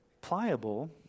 Pliable